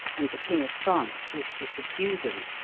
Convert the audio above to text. and the king of france wished to subdue them.